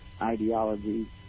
ideology